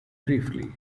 briefly